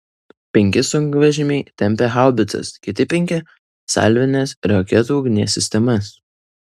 penki sunkvežimiai tempė haubicas kiti penki salvinės raketų ugnies sistemas